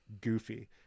goofy